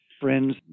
friends